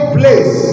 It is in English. place